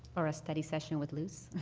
or a study session with loose?